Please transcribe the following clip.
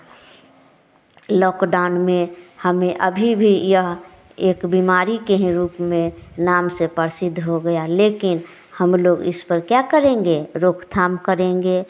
lock down में हमें अभी भी यह एक बीमारी के ही रूप में नाम से पर्सिद्ध हो गया लेकिन हम लोग इस पर क्या करेंगे रोक थाम करेंगे